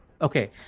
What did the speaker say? Okay